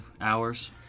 hours